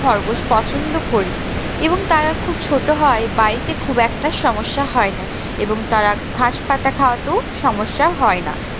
খরগোশ পছন্দ করি এবং তারা খুব ছোটো হওয়ায় বাড়িতে খুব একটা সমস্যা হয় না এবং তারা ঘাস পাতা খাওয়াতেও সমস্যা হয় না